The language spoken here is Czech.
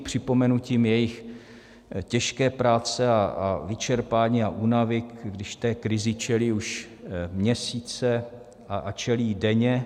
Připomenutím jejich těžké práce a vyčerpání a únavy, když té krizi čelí už měsíce a čelí jí denně.